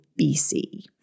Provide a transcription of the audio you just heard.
BC